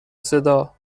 صدا